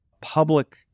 public